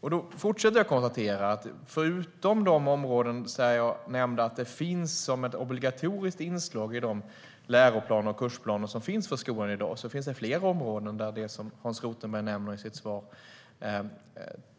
Jag fortsätter att konstatera att förutom de områden där jag nämnde att det finns som ett obligatoriskt inslag i de läroplaner och kursplaner som finns för skolan i dag så finns det flera områden där det som Hans Rothenberg nämner i sitt svar